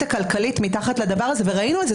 הכלכלית מתחת לדבר הזה וראינו את זה,